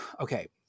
Okay